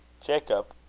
jacob,